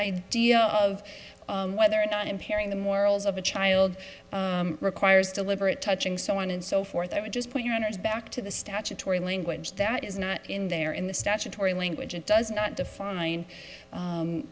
idea of whether or not impairing the morals of a child requires deliberate touching so on and so forth i would just put your honour's back to the statutory language that is not in there in the statutory language it does not define